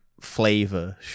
flavor